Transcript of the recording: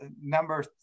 Number